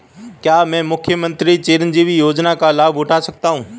क्या मैं मुख्यमंत्री चिरंजीवी योजना का लाभ उठा सकता हूं?